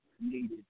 needed